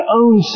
own